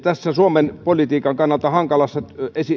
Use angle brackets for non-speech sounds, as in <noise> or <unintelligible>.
<unintelligible> tässä suomen politiikan kannalta hankalassa